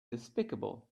despicable